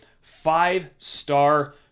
five-star